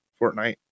Fortnite